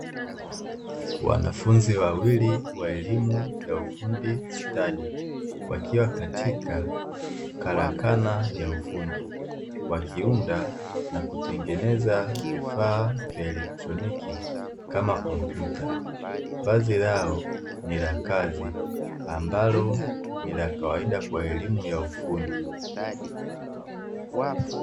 Wanafunzi wawili wa elimu ya ufundi stadi wakiwa katika karakana ya ufundi wakiunda na kutengeneza vifaa vya elektroniki kama kompyuta, vazi lao ni kazi ambalo ni la kawaida kwa elimu ya ufundi.